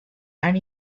and